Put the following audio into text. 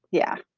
yeah.